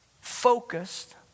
focused